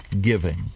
giving